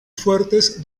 fuertes